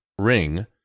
ring